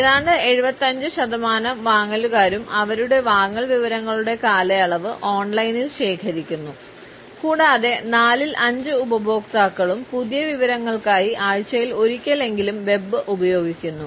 ഏതാണ്ട് 75 ശതമാനം വാങ്ങലുകാരും അവരുടെ വാങ്ങൽ വിവരങ്ങളുടെ കാലയളവ് ഓൺലൈനിൽ ശേഖരിക്കുന്നു കൂടാതെ നാലിൽ അഞ്ച് ഉപഭോക്താക്കളും പുതിയ വിവരങ്ങൾക്കായി ആഴ്ചയിൽ ഒരിക്കലെങ്കിലും വെബ് ഉപയോഗിക്കുന്നു